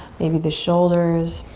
maybe the shoulders.